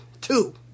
Two